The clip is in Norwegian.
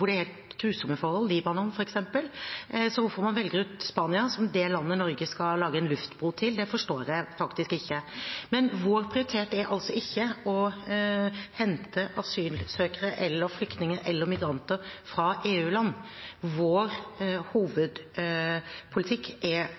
Så hvorfor man velger Spania som det landet Norge skal lage en luftbro til, forstår jeg faktisk ikke. Vår prioritet er altså ikke å hente asylsøkere, flyktninger eller migranter fra EU-land. Vår hovedpolitikk er